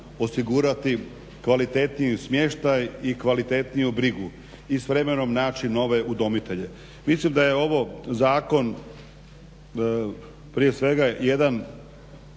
osigurati kvalitetniji smještaj i kvalitetniju brigu i s vremenom naći nove udomitelje. Mislim da je ovo Zakon prije svega jedan